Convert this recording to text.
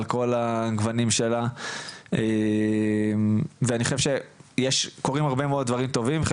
על כל הגוונים שלה ואני חושב שקורים הרבה מאוד דברים טובים,